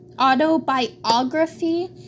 autobiography